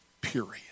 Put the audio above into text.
period